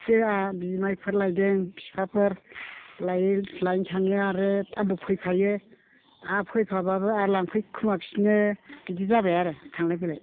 बिमाइफोर लाइदों बिफाफोर लायनो थाङो आरो आंबो फैफायो आंहा फैफाबाबो आरो लांफैखुमाफिनो बिदि जाबाय आरो थांलाय फैलाय